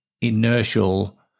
inertial